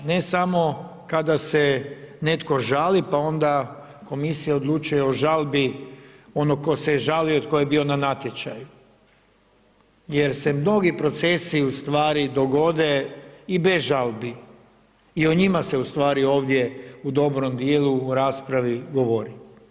Ne samo kada se netko žali pa onda komisija odlučuje o žalbi onog tko se žalio, tko je bio na natječaju jer se mnogi procesi ustvari dogode i bez žalbi i o njima se ustvari ovdje u dobrom djelu u raspravi govori.